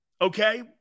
Okay